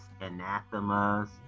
anathemas